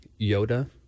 Yoda